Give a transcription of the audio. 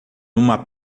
uma